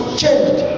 changed